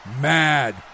Mad